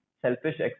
Selfish